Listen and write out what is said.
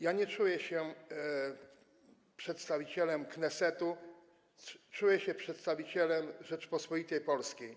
Ja nie czuję się przedstawicielem Knesetu, czuję się przedstawicielem Rzeczypospolitej Polskiej.